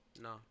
No